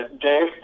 Dave